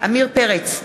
עמיר פרץ,